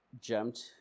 jumped